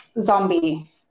zombie